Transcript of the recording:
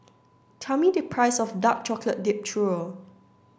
tell me the price of Dark Chocolate Dipped Churro